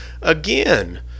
again